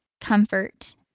comfort